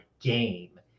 game